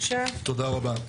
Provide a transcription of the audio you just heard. תודה רבה.